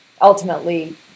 ultimately